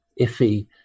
iffy